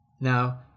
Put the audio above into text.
Now